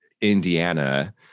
Indiana